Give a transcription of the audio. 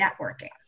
networking